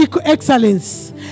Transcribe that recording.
excellence